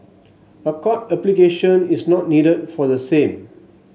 a court application is not needed for the same